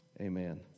Amen